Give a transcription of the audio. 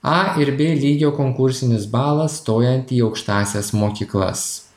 a ir b lygio konkursinis balas stojant į aukštąsias mokyklas